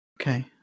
Okay